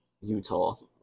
utah